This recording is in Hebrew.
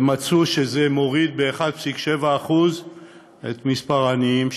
הם מצאו שזה מוריד ב-1.7% את מספר העניים,